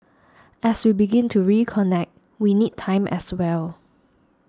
as we begin to reconnect we need time as well